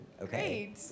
okay